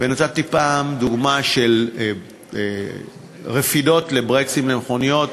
ונתתי פעם דוגמה של רפידות לברקסים למכוניות,